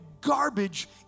garbage